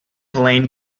lane